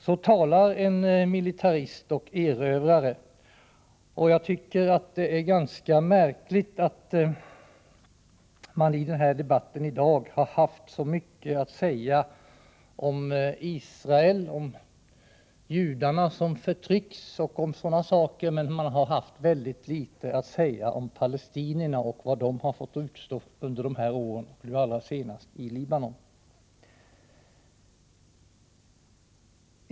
Så talar en militarist och erövrare, och jag tycker det är ganska märkligt att man i debatten här i dag haft så mycket att säga om Israel, om judarna som förtrycks och om sådant, men haft så litet att säga om palestinierna och vad de har fått utstå under dessa år, allra senast i Libanon.